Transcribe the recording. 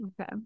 Okay